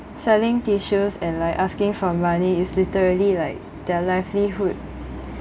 selling tissues and like asking for money is literally like their livelihood